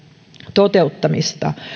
toteuttamista